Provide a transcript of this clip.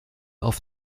auf